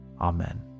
Amen